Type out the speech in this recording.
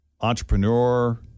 entrepreneur